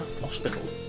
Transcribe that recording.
Hospital